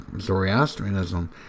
Zoroastrianism